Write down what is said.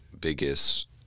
biggest